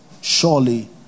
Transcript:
surely